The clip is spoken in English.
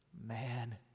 man